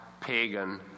pagan